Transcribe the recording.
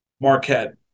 Marquette